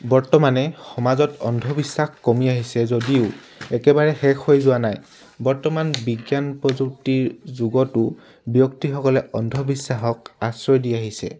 বৰ্তমানে সমাজত অন্ধবিশ্বাস কমি আহিছে যদিও একেবাৰে শেষ হৈ যোৱা নাই বৰ্তমান বিজ্ঞান প্ৰযুক্তিৰ যুগতো ব্যক্তিসকলে অন্ধবিশ্বাসক আশ্ৰয় দি আহিছে